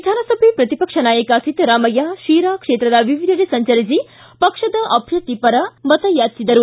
ವಿಧಾನಸಭೆ ಪ್ರತಿಪಕ್ಷ ನಾಯಕ ಸಿದ್ದರಾಮಯ್ಯ ಶಿರಾ ಕ್ಷೇತ್ರದ ವಿವಿಧೆಡೆ ಸಂಚರಿಸಿ ಪಕ್ಷದ ಅಭ್ಯರ್ಥಿ ಪರ ಮತಯಾಚಿಸಿದರು